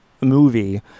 movie